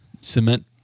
Cement